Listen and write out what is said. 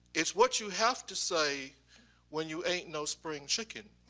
it's what you have to say when you ain't no spring chicken,